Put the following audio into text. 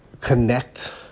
connect